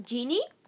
Genie